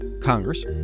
Congress